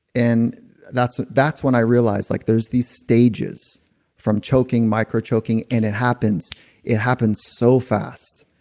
and that's that's when i realized like there's these stages from choking, micro choking, and it happens it happens so fast.